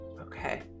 Okay